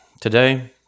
Today